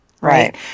right